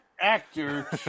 actor